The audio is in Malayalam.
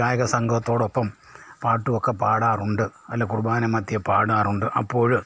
ഗായക സംഘത്തോടൊപ്പം പാട്ടുമൊക്കെ പാടാറുണ്ട് അതിൽ കുർബാന മദ്ധ്യേ പാടാറുണ്ട് അപ്പോൾ